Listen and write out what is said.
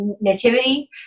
nativity